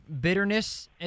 bitterness